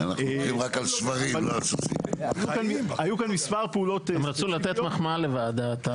הם רצו לתת מחמאה לוועדה.